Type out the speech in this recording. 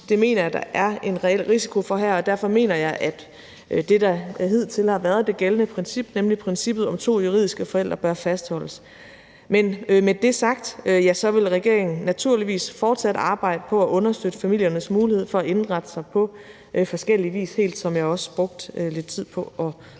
Det mener jeg der er en reel risiko for her, og derfor mener jeg, at det, der hidtil har været det gældende princip, nemlig princippet om to juridiske forældre, bør fastholdes. Men med det sagt vil regeringen naturligvis fortsat arbejde på at understøtte familiernes mulighed for at indrette sig på forskellig vis, helt som jeg også brugte lidt tid på at